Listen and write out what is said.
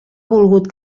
volgut